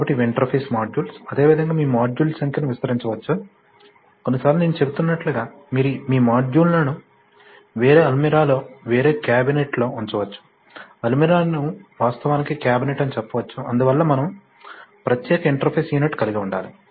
కాబట్టి ఇవి interface modules అదేవిధంగా మీ మాడ్యూళ్ళ సంఖ్యను విస్తరించవచ్చు కొన్నిసార్లు నేను చెబుతున్నట్లుగా మీరు మీ మాడ్యూళ్ళను వేరే అల్మిరాలో వేరే క్యాబినెట్లో ఉంచవచ్చు అల్మిరా ని వాస్తవానికి క్యాబినెట్ అని చెప్పవచ్చు అందువల్ల మనము ప్రత్యేక ఇంటర్ఫేస్ యూనిట్ కలిగి ఉండాలి